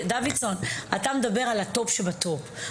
דוידסון, אתה מדבר על הטופ שבטופ.